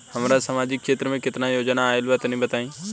हमरा समाजिक क्षेत्र में केतना योजना आइल बा तनि बताईं?